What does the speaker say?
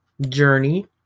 journey